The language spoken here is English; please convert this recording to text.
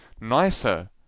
nicer